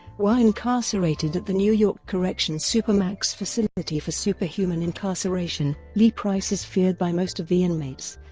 while incarcerated at the new york corrections supermax facility for superhuman incarceration, lee price is feared by most of the inmates